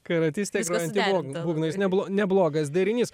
karatistė grojanti būgnais neblo neblogas derinys